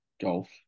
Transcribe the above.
golf